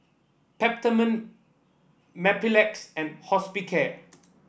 Peptamen Mepilex and Hospicare